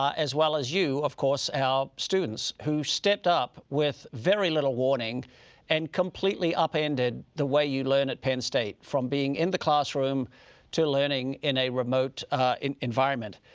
ah as well as you of course, our students who stepped up with very little warning and completely appended the way you learn at penn state, from being in the classroom to learning in a remote environment.